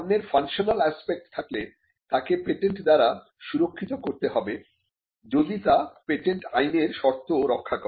পণ্যের functional aspect থাকলে তাকে পেটেন্ট দ্বারা সুরক্ষিত করতে হবে যদি তা পেটেন্ট আইনের শর্ত রক্ষা করে